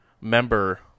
member